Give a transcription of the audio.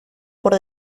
por